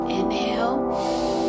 Inhale